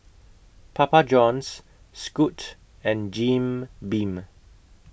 Papa Johns Scoot and Jim Beam